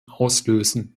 auslösen